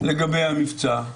לגבי המבצע.